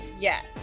Yes